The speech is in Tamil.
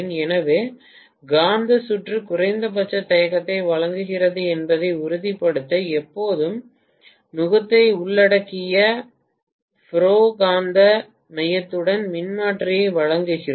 எனவே காந்த சுற்று குறைந்தபட்ச தயக்கத்தை வழங்குகிறது என்பதை உறுதிப்படுத்த எப்போதும் நுகத்தை உள்ளடக்கிய ஃபெரோ காந்த மையத்துடன் மின்மாற்றியை வழங்குகிறோம்